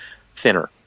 thinner